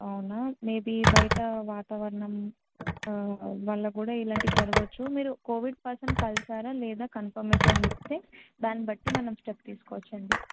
అవునా మేబీ బయట వాతావరణం వల్ల కూడా ఇలాంటివి జరగచ్చూ మీరు కోవిడ్ పర్సన్ కలిశారా లేదా కన్ఫర్మేషన్ ఇస్తే దాన్ని బట్టి మనం స్టెప్ తీసుకోవచ్చండి